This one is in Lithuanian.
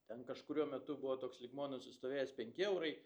ten kažkuriuo metu buvo toks lygmuo nusistovėjęs penki eurai